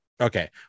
Okay